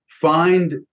find